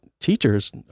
teachers